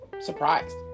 surprised